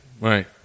Right